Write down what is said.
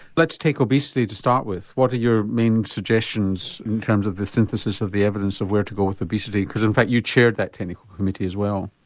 let's take obesity to start with what are your main suggestions in terms of the synthesis of the evidence of where to go with obesity because in fact you chaired that technical committee as well?